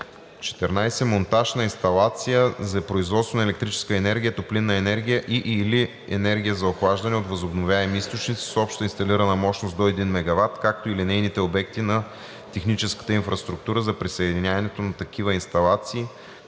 „14. монтаж на инсталации за производство на електрическа енергия, топлинна енергия и/или енергия за охлаждане от възобновяеми източници с обща инсталирана мощност до 1 МW, както и линейните обекти на техническата инфраструктура за присъединяването на такива инсталации